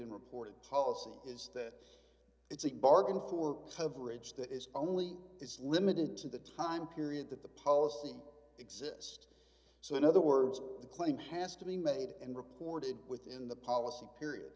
in reported policy is that it's a bargain for coverage that is only it's limited to the time period that the policy exist so in other words the claim has to be made and reported within the policy period